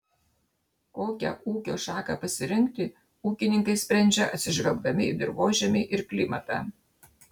kokią ūkio šaką pasirinkti ūkininkai sprendžia atsižvelgdami į dirvožemį ir klimatą